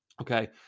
Okay